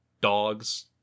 dogs